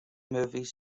movies